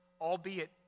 albeit